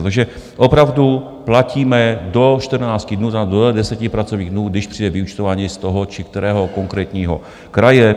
Takže opravdu platíme do 14 dnů, do 10 pracovních dnů, když přijde vyúčtování z toho či kterého konkrétního kraje.